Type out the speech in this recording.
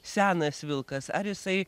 senas vilkas ar jisai